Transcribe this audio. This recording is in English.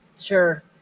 Sure